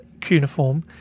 cuneiform